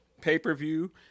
pay-per-view